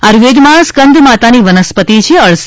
આયુર્વેદમાં સ્કં દ માતાની વનસ્પતિ છે અળસી